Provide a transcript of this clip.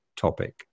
topic